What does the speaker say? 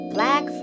Black